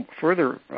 further